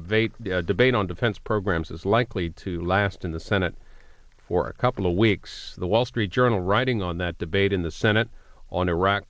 vait debate on defense programs is likely to last in the senate for a couple of weeks the wall street journal writing on that debate in the senate on iraq